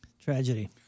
Tragedy